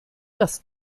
das